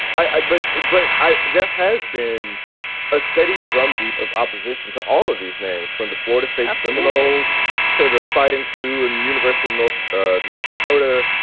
i bet. but there has been a steady drumbeat of opposition to all of these names from the florida state seminoles to the fighting sioux and university in north ah north dakota.